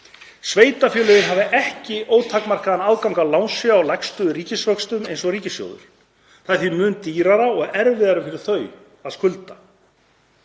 Sveitarfélögin hafa ekki ótakmarkaðan aðgang að lánsfé á lægstu ríkisvöxtum eins og ríkissjóður. Það er því mun dýrara og erfiðara fyrir þau að skulda.